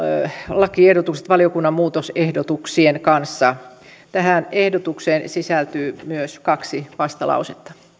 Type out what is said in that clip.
valiokunnan muutosehdotuksien kanssa tähän ehdotukseen sisältyy myös kaksi vastalausetta